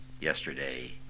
yesterday